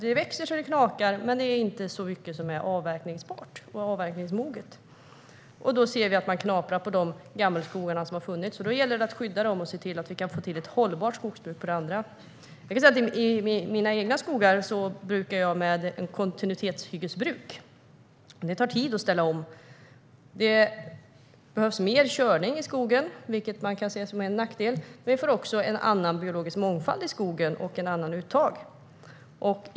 Det växer så det knakar, men det är inte så mycket som är avverkningsbart och avverkningsmoget. Då ser vi att man knaprar på de gammelskogar som har funnits, och då gäller det att skydda dem och se till att vi kan få till ett hållbart skogsbruk på de andra. Mina egna skogar brukar jag med ett kontinuitetshyggesbruk. Det tar tid att ställa om. Det behövs mer körning i skogen, vilket man kan se som en nackdel. Men vi får också en annan biologisk mångfald i skogen och ett annat uttag.